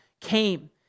came